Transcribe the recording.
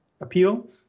appeal